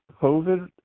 COVID